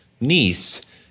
niece